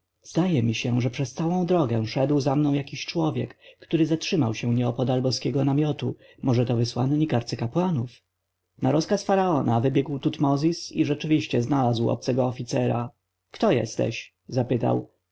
zdaje mi się że przez całą drogę szedł za mną jakiś człowiek który zatrzymał się nieopodal boskiego namiotu może to wysłannik arcykapłanów na rozkaz faraona wybiegł tutmozis i rzeczywiście znalazł obcego oficera kto jesteś zapytał